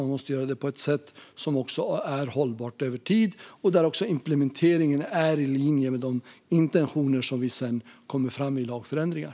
Vi måste göra det på ett sätt som är hållbart över tid, och implementeringen ska vara i linje med de intentioner som vi sedan kommer fram med i lagförändringar.